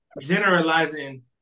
Generalizing